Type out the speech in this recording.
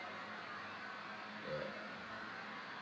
ya